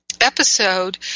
episode